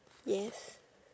yes